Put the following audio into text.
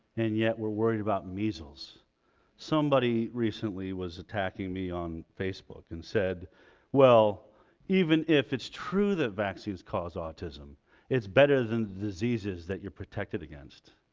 and yet we're worried about measles somebody recently was attacking me on facebook and said well even if it's true that vaccines cause autism it's better than the diseases that you're protected against